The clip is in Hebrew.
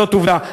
זאת עובדה.